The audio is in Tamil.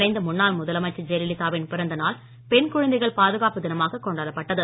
மறைந்த முன்னாள் முதலமைச்சர் ஜெயலலிதாவின் பிறந்த நாள் பெண் குழந்தைகள் பாதுகாப்பு தினமாக கொண்டாடப்பட்டது